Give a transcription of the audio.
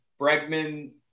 Bregman